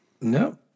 No